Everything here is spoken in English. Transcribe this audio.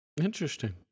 Interesting